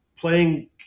playing